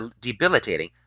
debilitating